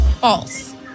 False